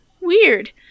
Weird